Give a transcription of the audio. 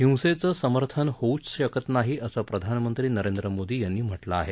हिंसेचं समर्थन होऊच शकत नाही असं प्रधानमंत्री नरेंद्र मोदी यांनी म्हटलं आहे